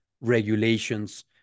regulations